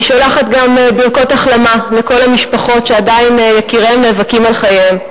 אני שולחת גם ברכות החלמה לכל המשפחות שעדיין יקיריהן נאבקים על חייהם.